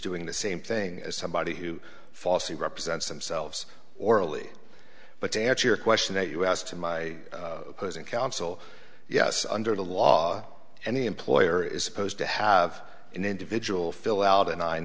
doing the same thing as somebody who falsely represents themselves orally but to answer your question that you asked to my counsel yes under the law any employer is supposed to have an individual fill out a nine